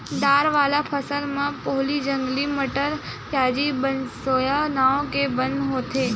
दार वाला फसल म पोहली, जंगली मटर, प्याजी, बनसोया नांव के बन होथे